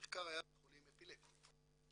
המחקר היה בחולים אפילפטיים.